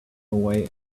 away